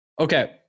Okay